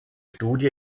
studie